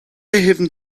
haven’t